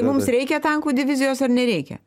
mums reikia tankų divizijos ar nereikia